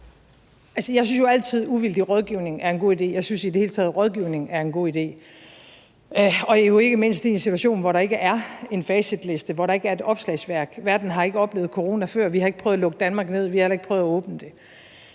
Jeg synes jo altid, at uvildig rådgivning er en god idé – jeg synes i det hele taget, at rådgivning er en god idé – og jo ikke mindst i en situation, hvor der ikke er en facitliste, hvor der ikke er et opslagsværk; verden har ikke oplevet corona før, vi har ikke prøvet at lukke Danmark ned, vi har heller ikke prøvet at åbne det.